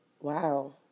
Wow